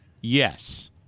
Yes